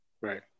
Right